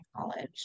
college